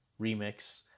Remix